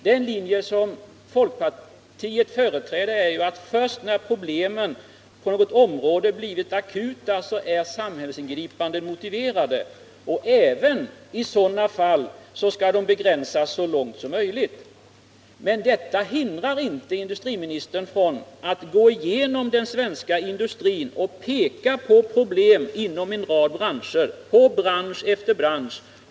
Den linje som folkpartiet företräder är att först när problemen på något område blivit akuta så är samhällsingripanden motiverade, och även i sådana fall skall de begränsas så långt som möjligt. Men detta hindrar inte industriministern från att gå igenom den svenska industrin och peka på problem inom bransch efter bransch.